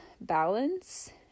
balance